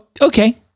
Okay